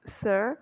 sir